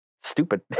stupid